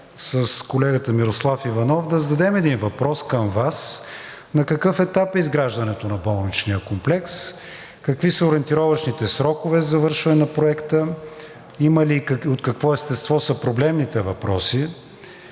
с колегата Мирослав Иванов да зададем един въпрос към Вас: на какъв етап е изграждането на болничния комплекс; какви са ориентировъчните срокове за завършване на Проекта; има ли и от какво естество са проблемните въпроси,